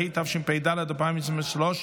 התשפ"ד 2023,